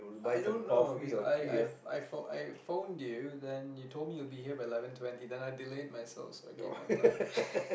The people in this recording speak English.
i don't know because I I pho~ I pho~ I phoned you then you told me to be here by eleven twenty then i delayed myself so I came on time